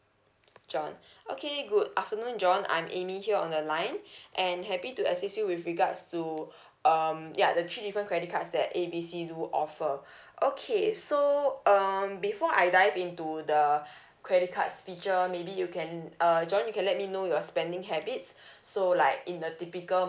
john okay good afternoon john I'm amy here on the line and happy to assist you with regards to um ya the three different credit cards that A B C do offer okay so um before I dive into the credit cards' feature maybe you can uh john you can let me know your spending habits so like in a typical